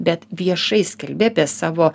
bet viešai skelbi apie savo